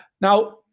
Now